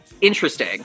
interesting